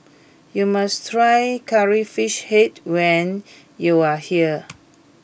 you must try Curry Fish Head when you are here